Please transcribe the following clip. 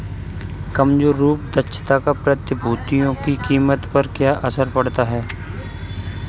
कमजोर रूप दक्षता का प्रतिभूतियों की कीमत पर क्या असर पड़ता है?